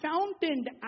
fountained